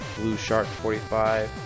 BlueShark45